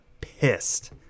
pissed